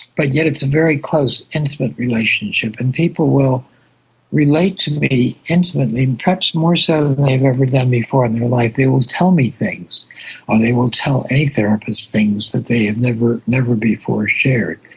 but yet it's a very close, intimate relationship, and people will relate to me intimately, perhaps more so than they've ever done before in their life. they will tell me things or they will tell any therapist things that they have never never before shared.